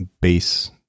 base